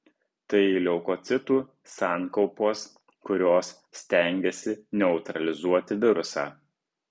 tai leukocitų sankaupos kurios stengiasi neutralizuoti virusą